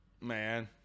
Man